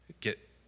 get